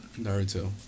Naruto